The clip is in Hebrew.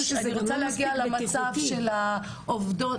להגיע למצב של העובדות,